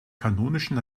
kanonischen